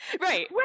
Right